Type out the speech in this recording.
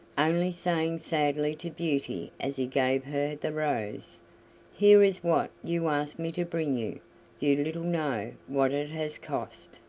only saying sadly to beauty as he gave her the rose here is what you asked me to bring you you little know what it has cost.